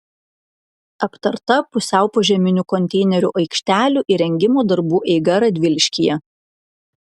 aptarta pusiau požeminių konteinerių aikštelių įrengimo darbų eiga radviliškyje